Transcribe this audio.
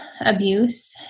abuse